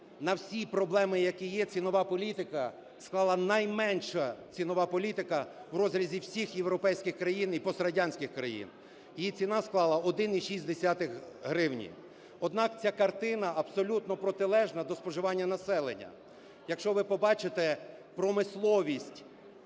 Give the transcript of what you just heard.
на всі проблеми, які є, цінова політика склала, найменша цінова політика в розрізі всіх європейських країн і пострадянських країн, її ціна склала 1,6 гривні. Однак ця картина абсолютно протилежна до споживання населення. Якщо ви побачите, промисловість